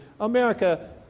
America